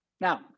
Now